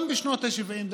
גם בשנות השבעים,